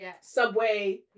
subway